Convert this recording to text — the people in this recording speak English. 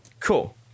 Cool